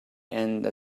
and